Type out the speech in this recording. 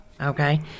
okay